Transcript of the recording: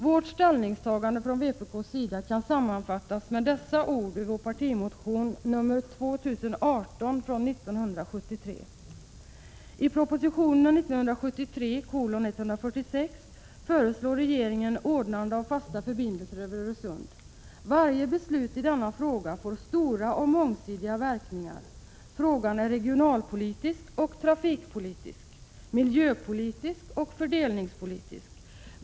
Vpk:s ställningstagande kan sammanfattas med dessa ord ur vår partimotion med nr 2018 från 1973: I proposition 1973:146 föreslår regeringen ordnande av fasta förbindelser över Öresund. Varje beslut i denna fråga får stora och mångsidiga verkningar. Frågan är regionalpolitisk och trafikpolitisk, miljöpolitisk och fördelningspolitisk.